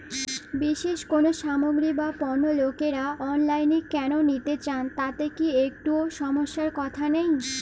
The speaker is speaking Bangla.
বিশেষ কোনো সামগ্রী বা পণ্য লোকেরা অনলাইনে কেন নিতে চান তাতে কি একটুও সমস্যার কথা নেই?